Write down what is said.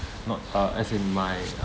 not uh as in my